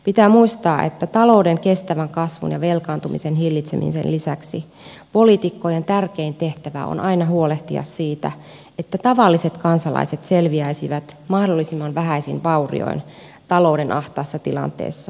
pitää muistaa että talouden kestävän kasvun ja velkaantumisen hillitsemisen lisäksi poliitikkojen tärkein tehtävä on aina huolehtia siitä että tavalliset kansalaiset selviäisivät mahdollisimman vähäisin vaurioin talouden ahtaassa tilanteessa